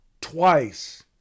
twice